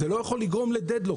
זה לא יכול לגרום ל-דד לוק.